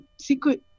secret